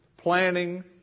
Planning